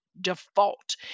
default